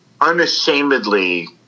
unashamedly